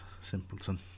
simpleton